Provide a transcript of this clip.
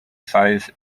size